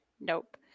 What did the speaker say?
Nope